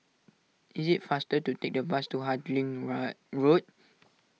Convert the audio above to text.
it is faster to take the bus to Harding Road